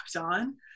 on